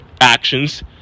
actions